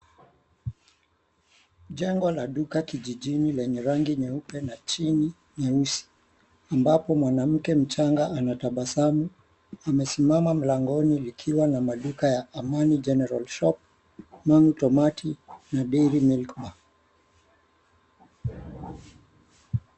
Jengo la duka kijijini lenye rangi nyeupe na chini nyeusi, ambapo mwanamke mchanga anatabasamu, amesimama mlangoni likiwa na maduka ya Amani General Shop na tamati na Dairy Milk Bar.